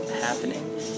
happening